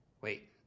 Wait